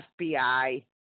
FBI